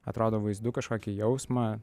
atrodo vaizdu kažkokį jausmą